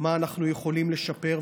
מה אנחנו יכולים לשפר,